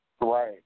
Right